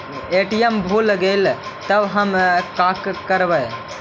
ATM भुला गेलय तब हम काकरवय?